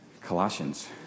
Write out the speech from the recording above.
Colossians